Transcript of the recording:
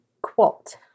quilt